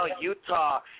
Utah